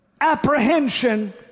apprehension